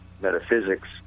metaphysics